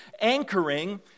anchoring